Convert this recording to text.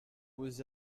was